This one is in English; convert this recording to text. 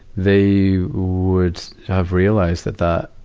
they would have realized that that,